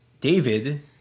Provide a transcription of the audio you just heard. David